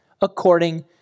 according